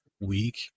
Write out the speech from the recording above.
week